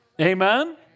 Amen